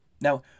Now